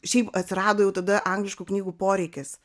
šiaip atsirado jau tada angliškų knygų poreikis